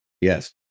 Yes